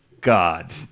god